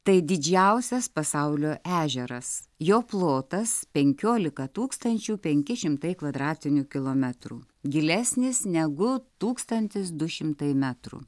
tai didžiausias pasaulio ežeras jo plotas penkiolika tūkstančių penki šimtai kvadratinių kilometrų gilesnis negu tūkstantis du šimtai metrų